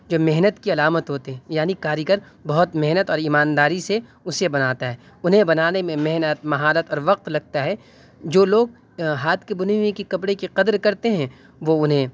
یہ محنت کی علامت ہوتے ہیں یعنی کاریگر بہت محنت اور ایمانداری سے اسے بناتا ہے انہیں بنانے میں محنت مہارت اور وقت لگتا ہے جو لوگ ہاتھ کی بنی ہوئی کی کپرے کی قدر کرتے ہیں وہ انہیں